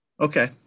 Okay